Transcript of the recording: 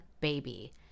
baby